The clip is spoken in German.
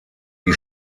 die